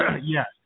Yes